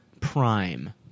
Prime